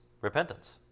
repentance